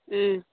ம்